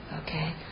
Okay